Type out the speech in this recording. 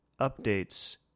updates